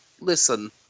listen